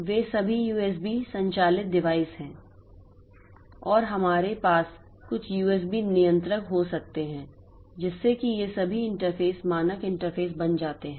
इसलिए वे सभी USB संचालित डिवाइस हैं और हमारे पास कुछ USB नियंत्रक हो सकते हैं जिससे कि ये सभी इंटरफेस मानक इंटरफ़ेस बन जाते हैं